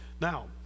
Now